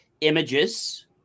images